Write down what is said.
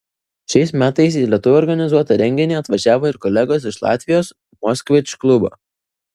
šiais metais į lietuvių organizuotą renginį atvažiavo ir kolegos iš latvijos moskvič klubo